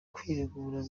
kwiregura